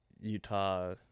Utah